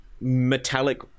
metallic